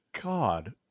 God